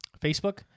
Facebook